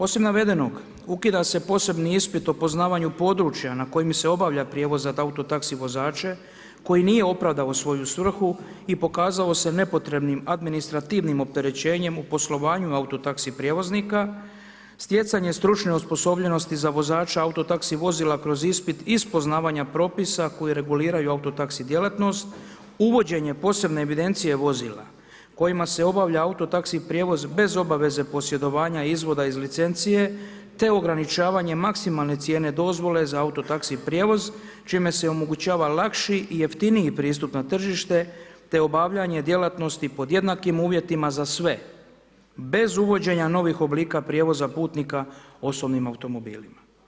Osim navedenog, ukida se posebni ispit o poznavanju područja na kojem se obavlja prijevoz za auto taxi vozače, koji nije opravdao svoju svrhu i pokazao se nepotrebnim administrativnim opterećenjem u poslovanju auto taxi prijevoznika, stjecanje stručne osposobljenosti za vozača auto taxi vozila kroz ispit iz poznavanja propisa koji reguliraju auto taxi djelatnost, uvođenje posebne evidencije vozila kojima se obavlja auto taxi prijevoz bez obaveze posjedovanja izvoda iz licencije, te ograničavanje maksimalne cijene dozvole za auto taxi prijevoz čime se omogućava lakši i jeftiniji pristup na tržište, te obavljanje djelatnosti pod jednakim uvjetima za sve, bez uvođenja novih oblika prijevoza putnika osobnim automobilima.